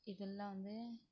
இதெல்லாம் வந்து